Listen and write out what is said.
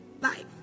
life